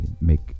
make